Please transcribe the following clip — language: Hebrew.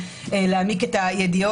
אבקש להבין,